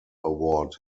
award